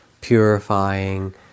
purifying